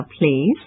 please